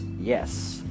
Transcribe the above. yes